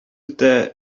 үтә